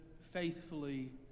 faithfully